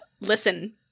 listen